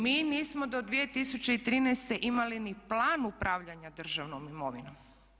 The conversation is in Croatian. Mi nismo do 2013. imali ni plan upravljanja državnom imovinom.